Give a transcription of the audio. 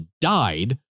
died